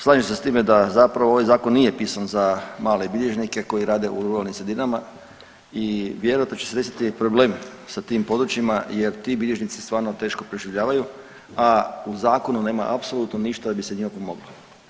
Slažem se s time da zapravo ovaj zakon nije pisan za male bilježnike koji rade u ruralnim sredinama i vjerojatno će se desiti problem sa tim područjima jer ti bilježnici stvarno teško preživljavaju, a u zakonu nema apsolutno ništa da bi se njima pomoglo.